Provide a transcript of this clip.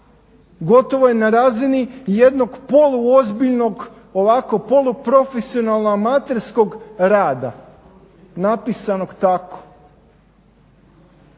Gotovo je na razini jednog polu ozbiljnog ovako polu profesionalno amaterskog rada napisanog tako